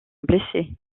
blessés